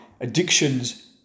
addictions